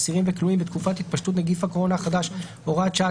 אסירים וכלואים בתקופת התפשטות נגיף הקורונה החדש (הוראת שעה),